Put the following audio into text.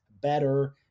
better